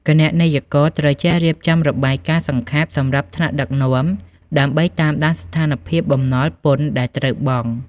គណនេយ្យករត្រូវចេះរៀបចំរបាយការណ៍សង្ខេបសម្រាប់ថ្នាក់ដឹកនាំ ដើម្បីតាមដានស្ថានភាពបំណុលពន្ធដែលត្រូវបង់។